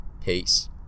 peace